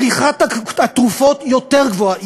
צריכת התרופות יותר גבוהה.